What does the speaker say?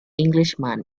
englishman